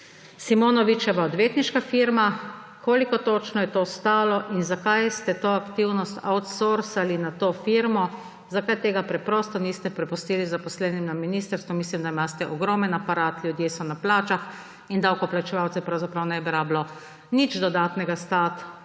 Simonovičeva odvetniška firma. Koliko točno je to stalo in zakaj ste to aktivnost outsourcali na to firmo? Zakaj tega preprosto niste prepustili zaposlenim na ministrstvu? Mislim, da imate ogromen aparat, ljudje so na plačah in davkoplačevalcev pravzaprav ne bi bilo treba nič dodatno stati,